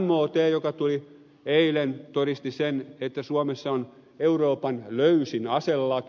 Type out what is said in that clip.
mot joka tuli eilen todisti sen että suomessa on euroopan löysin aselaki